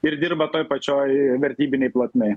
ir dirba toj pačioj vertybinėj plotmėj